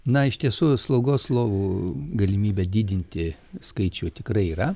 na iš tiesų slaugos lovų galimybę didinti skaičių tikrai yra